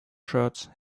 shirts